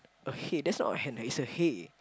okay that's not a hen it's a hay